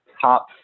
top